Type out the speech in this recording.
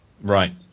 Right